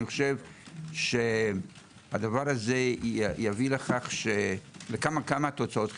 אני חושב שהדבר הזה יביא לכמה תוצאות חיוביות.